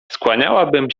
skłaniałabym